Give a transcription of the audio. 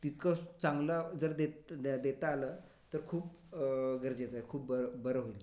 तितकं चांगलं जर देत द्या देता आलं तर खूप गरजेचं आहे खूप बरं बरं होईल